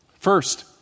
First